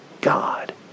God